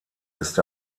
ist